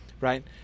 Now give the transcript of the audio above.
right